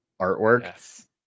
artwork